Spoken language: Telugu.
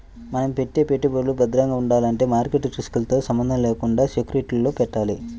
మనం పెట్టే పెట్టుబడులు భద్రంగా ఉండాలంటే మార్కెట్ రిస్కులతో సంబంధం లేకుండా సెక్యూరిటీలలో పెట్టాలి